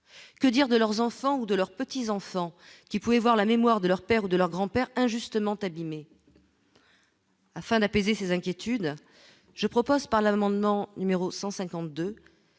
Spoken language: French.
que dire de leurs enfants ou de leurs petits-enfants qui pouvait voir la mémoire de leur père ou de leur grand-père injustement. Afin d'apaiser ces inquiétudes, je propose par l'demande mon numéro 152